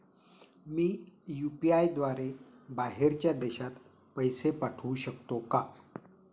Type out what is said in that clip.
मी UPI द्वारे बाहेरच्या देशात पैसे पाठवू शकतो का?